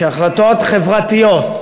כהחלטות חברתיות.